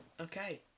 Okay